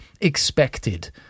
expected